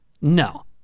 No